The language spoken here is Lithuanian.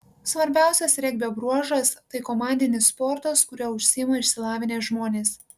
svarbiausias regbio bruožas tai komandinis sportas kuriuo užsiima išsilavinę žmonės